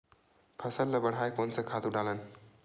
फसल ल बढ़ाय कोन से खातु डालन?